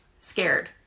scared